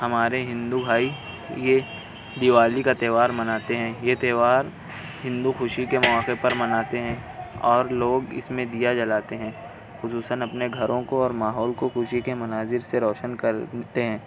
ہمارے ہندو بھائی یہ دیوالی کا تہوار مناتے ہیں یہ تہوار ہندو خوشی کے مواقع پر مناتے ہیں اور لوگ اس میں دیا جلاتے ہیں خصوصاً اپنے گھروں کو اور ماحول کو خوشی کے مناظر سے روشن کرتے ہیں